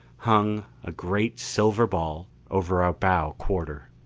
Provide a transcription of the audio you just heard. hung, a great silver ball, over our bow quarter.